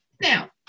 Now